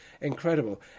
incredible